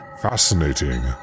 Fascinating